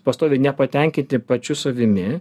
pastoviai nepatenkinti pačiu savimi